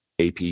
ap